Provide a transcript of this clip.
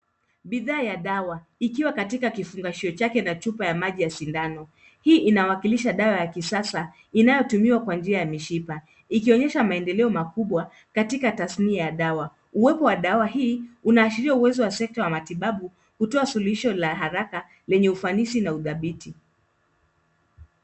Bidhaa ya dawa, ikiwa katika kifungashio chake na chupa ya maji ya sindano. Hii inawakilisha dawa ya kisasa inayotumiwa kwa njia ya mishipa ikionyesha maendeleo makubwa katika tasnia ya dawa. Uwepo wa dawa hii unaashiria uwezo wa sekta ya matibabu kutoa suluhisho la haraka lenye ufanisi na udhabiti.